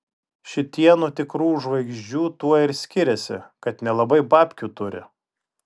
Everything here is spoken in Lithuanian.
šitie nuo tikrų žvaigždžių tuo ir skiriasi kad nelabai babkių turi